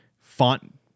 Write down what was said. font